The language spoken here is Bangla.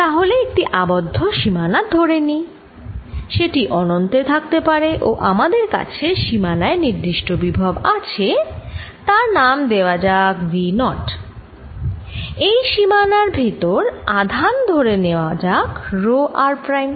তাহলে একটি আবদ্ধ সীমানা ধরে নিই সেটি অনন্তে থাকতে পারে ও আমাদের কাছে সীমানায় নির্দিষ্ট বিভব আছে তার নাম দেওয়া যাক V নট এই সীমানার ভেতর আধান ধরে নেওয়া যাক রো r প্রাইম